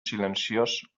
silenciós